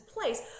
place